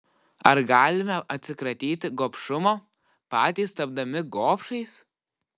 ar galime atsikratyti gobšumo patys tapdami gobšais